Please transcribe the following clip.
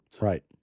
Right